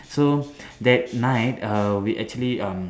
so that night err we actually um